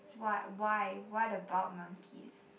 what why what about monkeys